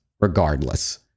regardless